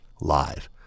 live